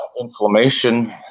inflammation